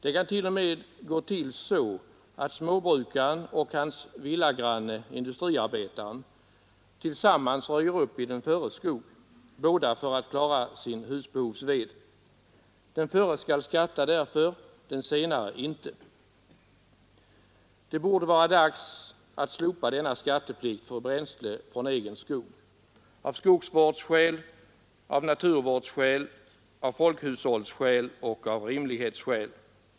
Det kan t.o.m. gå till så, att småbrukaren och hans villagranne industriarbetaren tillsammans röjer upp i den förres skog, båda för att klara sin husbehovsved. Den förre skall då skatta därför — den senare inte. Det borde vara dags att slopa denna skatteplikt för bränsle från egen skog — av skogsvårdsskäl, av naturvårdsskäl, av folkhushållsskäl och av rimlighetsskäl.